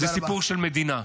-- זה סיפור של מדינה.